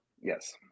Yes